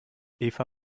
eva